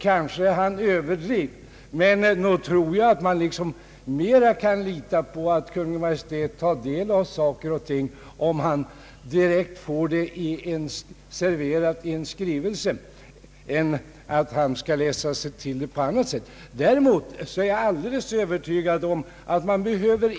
Kanske han överdrev, men nog tror jag att man mera kan lita på att Kungl. Maj:t tar del av saker och ting om Kungl. Maj:t får det direkt serverat i en skrivelse än om Kungl. Maj:t skall läsa sig till det på annat sätt. Däremot är jag alldeles övertygad om att man inte behöver